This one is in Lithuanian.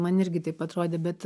man irgi taip atrodė bet